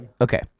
Okay